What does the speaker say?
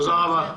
תודה רבה.